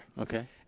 Okay